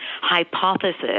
hypothesis